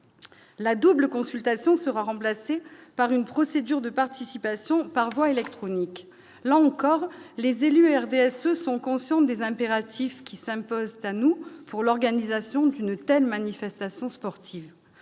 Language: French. La double consultation sera remplacée par une procédure de participation par voie électronique, là encore, les élus RDS sont conscients des impératifs qui Sam poste à nous pour l'organisation d'une telle manifestation sportive